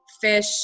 fish